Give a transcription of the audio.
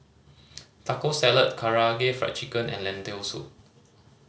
Taco Salad Karaage Fried Chicken and Lentil Soup